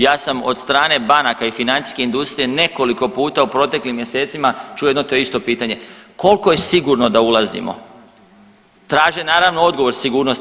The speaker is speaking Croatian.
Ja sam od strane banaka i financijske industrije nekoliko puta u proteklim mjesecima čuo jedno te isto pitanje, kolko je sigurno da ulazimo, traže naravno odgovor sigurnosti.